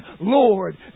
Lord